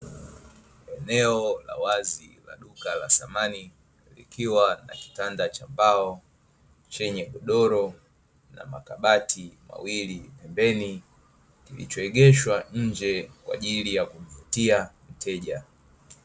Eneo la wazi la duka la samani, likiwa na kitanda cha mbao chenye godoro na makabati mawili pembeni, kilichoegeshwa nje kwa ajili ya kumvutia mteja.